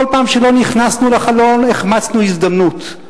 כל פעם שלא נכנסנו לחלון, החמצנו הזדמנות.